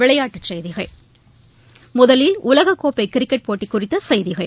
விளையாட்டுச் செய்கிகள் முதலில் உலகக் கோப்பைகிரிக்கெட் போட்டிகுறித்தசெய்திகள்